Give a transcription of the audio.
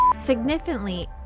Significantly